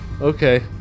Okay